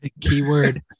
keyword